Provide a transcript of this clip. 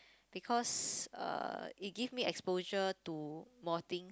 because uh it give me exposure to more things